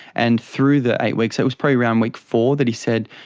and through the eight weeks, it was probably around week four that he said,